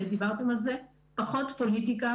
דיברתם על זה: פחות פוליטיקה,